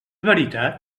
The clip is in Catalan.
veritat